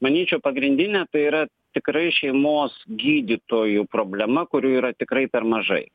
manyčiau pagrindinė tai yra tikrai šeimos gydytojų problema kurių yra tikrai per mažai